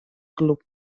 club